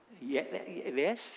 Yes